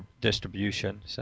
distribution